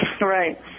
Right